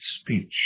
speech